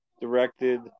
directed